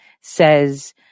says